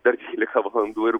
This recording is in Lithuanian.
per dvylika valandų ir